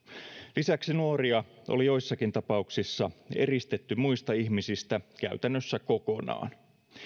lisäksi nuoria oli joissakin tapauksissa eristetty muista ihmisistä käytännössä kokonaan